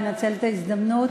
לנצל את ההזדמנות,